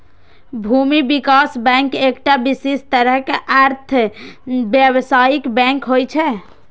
भूमि विकास बैंक एकटा विशिष्ट तरहक अर्ध व्यावसायिक बैंक होइ छै